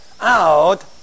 out